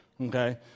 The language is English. Okay